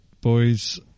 Boys